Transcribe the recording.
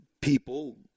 people